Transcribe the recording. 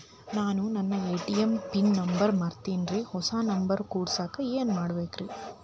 ನಾನು ನನ್ನ ATM pin number ಮರ್ತೇನ್ರಿ, ಹೊಸಾ ನಂಬರ್ ಕುಡಸಾಕ್ ಏನ್ ಮಾಡ್ಬೇಕ್ರಿ?